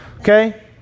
okay